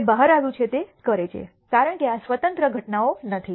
તે બહાર આવ્યું છે તે કરે છેકારણ કે આ સ્વતંત્ર ઘટનાઓ નથી